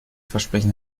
versprechen